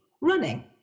running